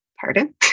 Pardon